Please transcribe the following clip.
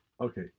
Okay